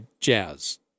Jazz